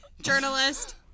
Journalist